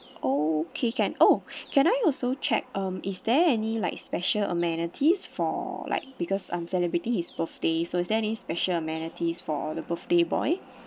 okay can oh can I also check um is there any like special amenities for like because I'm celebrating his birthday so is there any special amenities for the birthday boy